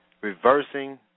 reversing